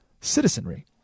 citizenry